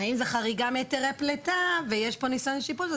אם זה חריגה מהיתרי פליטה ויש פה ניסיון לשיבוש,